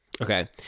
Okay